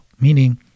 meaning